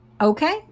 Okay